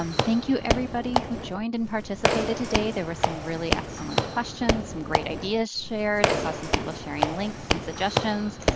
um thank you everybody who joined and participated today. there were some really excellent questions, some great ideas shared. i saw some people sharing links and suggestions.